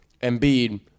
Embiid